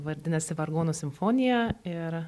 vadinasi vargonų simfonija ir